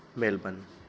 Melbourne